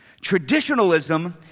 traditionalism